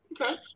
Okay